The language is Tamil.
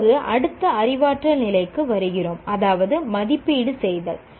இப்போது அடுத்த அறிவாற்றல் நிலைக்கு வருகிறோம் அதாவது மதிப்பீடு செய்தல்